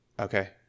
Okay